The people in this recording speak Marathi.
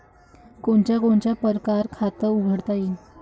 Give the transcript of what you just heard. कोनच्या कोनच्या परकारं खात उघडता येते?